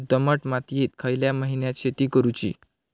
दमट मातयेत खयल्या महिन्यात शेती करुची?